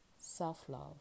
self-love